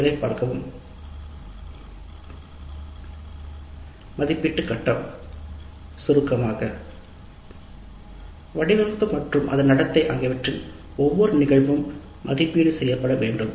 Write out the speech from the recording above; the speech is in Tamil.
கட்டத்தை மதிப்பிடு சுருக்கமான வடிவமைப்பு மற்றும் அதன் நடத்தை ஆகியவற்றின் ஒவ்வொரு நிகழ்வும் மதிப்பீடு செய்யப்பட வேண்டும்